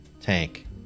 Tank